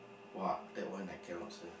!wah! that one I cannot answer